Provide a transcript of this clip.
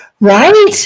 Right